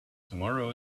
tomorrow